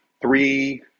Three